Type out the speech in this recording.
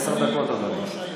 עשר דקות, אדוני.